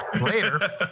Later